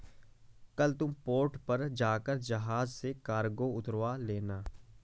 कल तुम पोर्ट पर जाकर जहाज से कार्गो उतरवा लेना